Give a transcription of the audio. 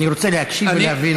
אני רוצה להקשיב ולהבין אותך.